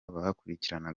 bakurikirana